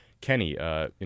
Kenny